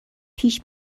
پیش